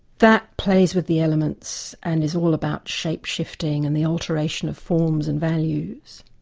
that plays with the elements and is all about shape-shifting and the alteration of forms and values.